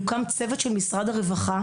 יוקם צוות של משרד הרווחה,